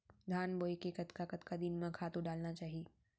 धान बोए के कतका कतका दिन म खातू डालना चाही?